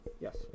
Yes